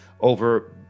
over